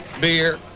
beer